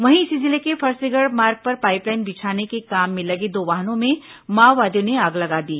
वहीं इसी जिले के फरसेगढ़ मार्ग पर पाईप लाईन बिछाने के काम में लगे दो वाहनों में माओवादियों ने आग लगा दी